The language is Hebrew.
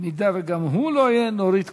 אם גם הוא לא יהיה, נורית קורן.